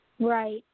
Right